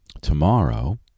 Tomorrow